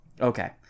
Okay